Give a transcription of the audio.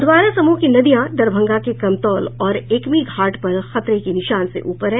अधवारा समूह की नदियां दरभंगा के कमतौल और एकमी घाट पर खतरे के निशान से ऊपर हैं